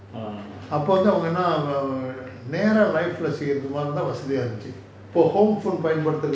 err